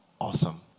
Awesome